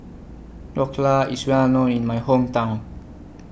Dhokla IS Well known in My Hometown